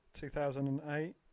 2008